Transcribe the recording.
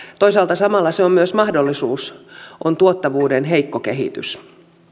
toisaalta samalla se on myös mahdollisuus on tuottavuuden heikko kehitys